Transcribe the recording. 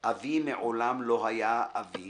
// אבי מעולם לא היה אבי